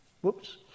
Whoops